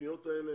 לפניות האלה,